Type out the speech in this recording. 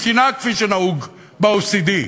שתנהג כפי שנהוג ב-OECD,